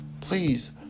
please